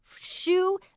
shoe